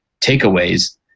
takeaways